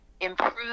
improve